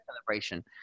celebration